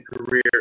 career